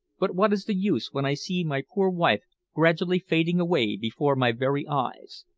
but what is the use when i see my poor wife gradually fading away before my very eyes?